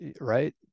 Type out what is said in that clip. right